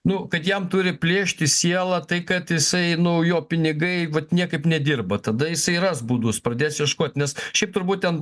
nu kad jam turi plėšti sielą tai kad jisai nu jo pinigai vat niekaip nedirba tada jisai ras būdus pradės ieškot nes šiaip turbūt ten